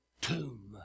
tomb